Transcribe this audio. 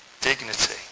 dignity